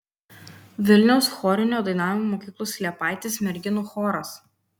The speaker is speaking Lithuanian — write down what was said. vilniaus chorinio dainavimo mokyklos liepaitės merginų choras